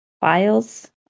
files